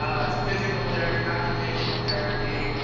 ah that's physical therapy, occupational therapy